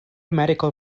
medical